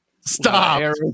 stop